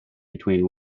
between